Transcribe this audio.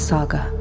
Saga